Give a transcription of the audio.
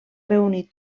reunir